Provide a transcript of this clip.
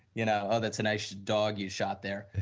you know, oh that's a nice dog you shot there.